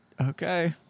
okay